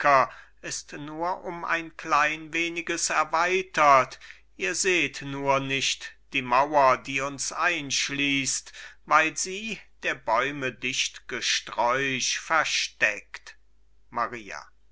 ist nur um ein klein weniges erweitert ihr sehr nur nicht die mauer die uns einschließt weil sie der bäume dicht gesträuch versteckt maria